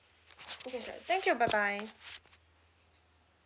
okay sure thank you bye bye